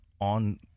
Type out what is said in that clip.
on